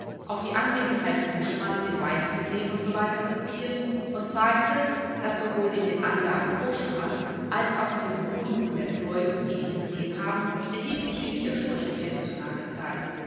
auf die anwesenheit koschemanns in weißensee usw beziehen und zeigte daß sowohl in den angaben koschemanns als auch in den bekundungen der zeugen die ihn gesehen haben erhebliche widersprüche festzunageln seien